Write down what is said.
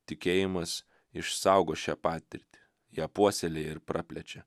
tikėjimas išsaugo šią patirtį ją puoselėja ir praplečia